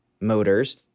motors